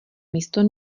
místo